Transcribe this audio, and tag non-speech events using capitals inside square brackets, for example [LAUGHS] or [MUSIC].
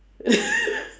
[LAUGHS]